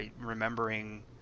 remembering